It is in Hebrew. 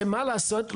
שמה לעשות,